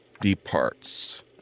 departs